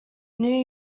new